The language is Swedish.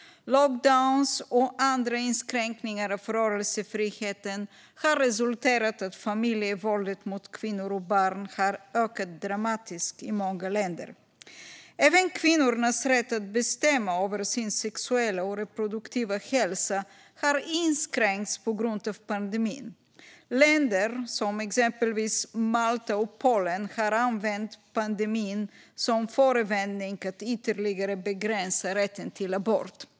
Lockdowns och andra inskränkningar av rörelsefriheten har resulterat i att familjevåldet mot kvinnor och barn har ökat dramatiskt i många länder. Även kvinnornas rätt att bestämma över sin sexuella och reproduktiva hälsa har inskränkts på grund av pandemin. Länder som Malta och Polen har använt pandemin som förevändning att ytterligare begränsa rätten till abort.